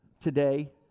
today